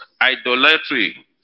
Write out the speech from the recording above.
idolatry